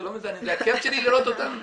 זה לא --- זה הכיף שלי לראות אותם.